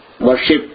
worship